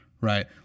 right